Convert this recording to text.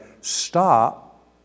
Stop